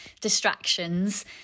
distractions